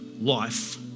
life